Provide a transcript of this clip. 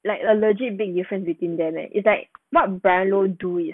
like a legit big difference between them leh it's like what bryan low do is